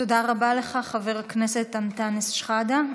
תודה רבה לך, חבר הכנסת אנטאנס שחאדה.